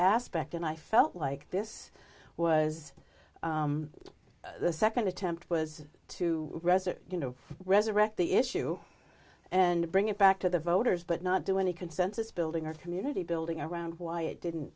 aspect and i felt like this was the second attempt was to resurrect resurrect the issue and bring it back to the voters but not do any consensus building or community building around why it didn't